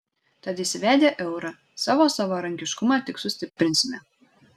tad įsivedę eurą savo savarankiškumą tik sustiprinsime